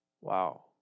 wow